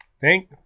Thank